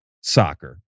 soccer